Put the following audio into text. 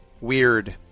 Weird